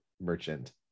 merchant